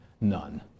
None